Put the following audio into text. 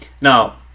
Now